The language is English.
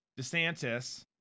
DeSantis